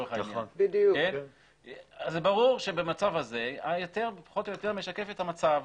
ברור שבמצב הזה ההיתר פחות או יותר משקף את המצב.